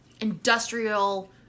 industrial